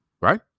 right